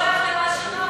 אני רוצה לומר לך משהו.